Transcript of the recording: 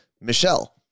Michelle